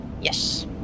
Yes